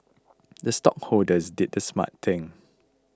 the stockholders did the smart thing